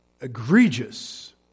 egregious